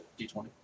d20